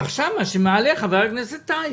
ועכשיו למה שמעלה חבר הכנסת טייב.